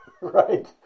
right